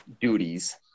duties